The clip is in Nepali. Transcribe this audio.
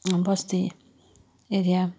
बस्ती एरिया